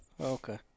Okay